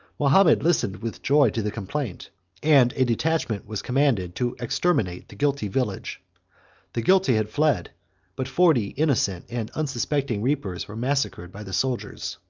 mahomet listened with joy to the complaint and a detachment was commanded to exterminate the guilty village the guilty had fled but forty innocent and unsuspecting reapers were massacred by the soldiers.